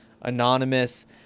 anonymous